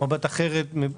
מבט אחרת.